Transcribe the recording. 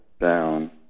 down